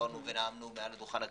נאמנו מעל דוכן הכנסת,